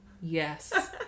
Yes